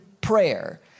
prayer